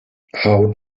how